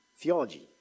theology